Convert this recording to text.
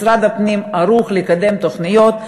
משרד הפנים ערוך לקדם תוכניות.